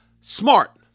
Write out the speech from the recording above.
smart